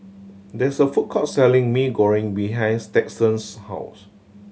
there is a food court selling Mee Goreng behind Stetson's house